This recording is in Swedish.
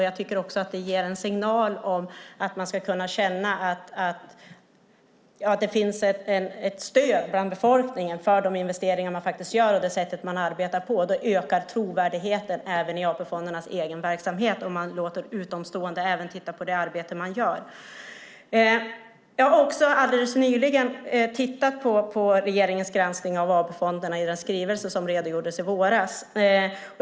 Jag tycker också att det ger en signal om att man ska kunna känna att det finns ett stöd bland befolkningen för de investeringar man faktiskt gör och det sätt som man arbetar på. Då ökar trovärdigheten även i AP-fondernas egen verksamhet, om man låter någon utomstående titta på det arbete man gör. Jag har alldeles nyligen tittat på regeringens granskning av AP-fonderna i den skrivelse som redovisades i våras.